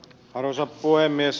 arvoisa puhemies